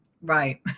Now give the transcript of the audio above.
right